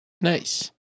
nice